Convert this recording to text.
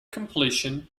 completion